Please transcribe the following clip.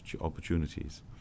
opportunities